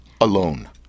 alone